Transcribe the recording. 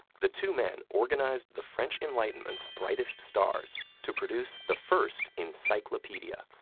the two men organized the french enlightenment's brightest stars to produce the first encyclopedia,